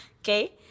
Okay